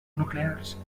nuclears